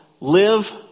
live